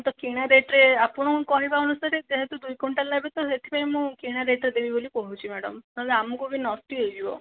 ତ କିଣା ରେଟ୍ ରେ ଆପଣଙ୍କ କହିବା ଅନୁସାରେ ଯେହେତୁ ଦୁଇ କୁଇଣ୍ଟାଲ ନେବେ ତ ସେଥିପାଇଁ ମୁଁ କିଣା ରେଟ୍ ଟା ଦେବି ବୋଲି କହୁଛି ମ୍ୟାଡ଼ାମ ନହେଲେ ଆମକୁ ବି ନଷ୍ଟ ହେଇଯିବ